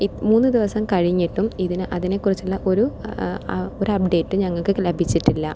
ഈ മൂന്ന് ദിവസം കഴിഞ്ഞിട്ടും ഇതിന് അതിനെക്കുറിച്ചുള്ള ഒരു ഒരു അപ്ഡേറ്റും ഞങ്ങൾക്ക് ലഭിച്ചിട്ടില്ല